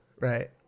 right